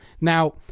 Now